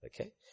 okay